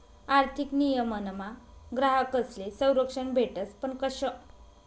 आर्थिक नियमनमा ग्राहकस्ले संरक्षण भेटस पण कशं